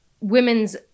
women's